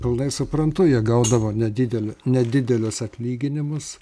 pilnai suprantu jie gaudavo nedidelį nedidelius atlyginimus